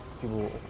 people